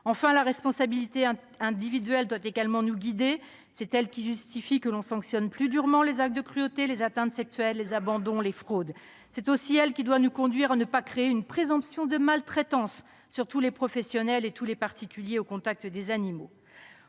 Enfin, la responsabilité individuelle doit nous guider. C'est elle qui justifie que l'on sanctionne plus durement les actes de cruauté, les atteintes sexuelles, les abandons, les fraudes. C'est elle aussi qui doit nous conduire à ne pas créer une présomption de maltraitance pour tous les professionnels et tous les particuliers au contact des animaux.